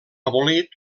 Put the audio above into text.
abolit